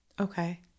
Okay